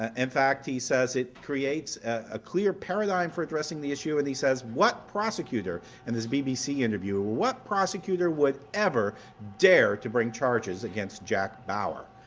ah in fact, he says it creates a clear paradigm for addressing the issue, and he says what prosecutor in this bbc interview what prosecutor would ever dare to bring charges against jack bauer?